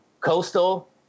Coastal